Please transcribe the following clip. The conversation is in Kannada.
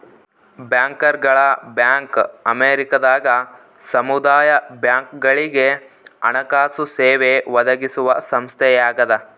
ಬ್ಯಾಂಕರ್ಗಳ ಬ್ಯಾಂಕ್ ಅಮೇರಿಕದಾಗ ಸಮುದಾಯ ಬ್ಯಾಂಕ್ಗಳುಗೆ ಹಣಕಾಸು ಸೇವೆ ಒದಗಿಸುವ ಸಂಸ್ಥೆಯಾಗದ